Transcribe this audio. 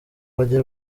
bajye